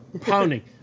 pounding